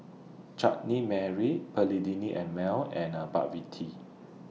Chutney Mary Perllini and Mel and McVitie